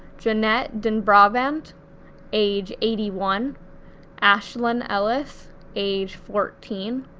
janette dunbavand age eighty one ashlyn ellis age fourteen,